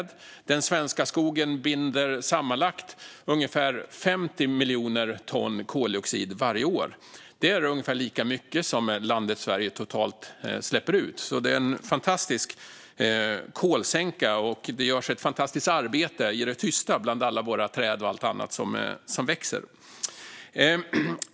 Den svenska skogen binder sammanlagt ungefär 50 miljoner ton koldioxid varje år. Det är ungefär lika mycket som landet Sverige totalt släpper ut. Det är en fantastisk kolsänka, och det görs ett fantastiskt arbete i det tysta bland alla våra träd och allt annat som växer.